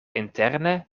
interne